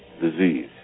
disease